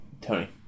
Tony